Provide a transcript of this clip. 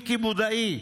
מיקי בודעי,